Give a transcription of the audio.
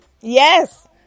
yes